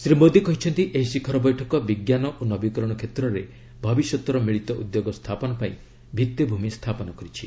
ଶ୍ରୀ ମୋଦି କହିଛନ୍ତି ଏହି ଶିଖର ବୈଠକ ବିଜ୍ଞାନ ଓ ନବୀକରଣ କ୍ଷେତ୍ରରେ ଭବିଷ୍ୟତର ମିଳିତ ଉଦ୍ୟୋଗ ସ୍ଥାପନ ପାଇଁ ଭିତ୍ତିଭୂମି ସ୍ଥାପନ କରିଛି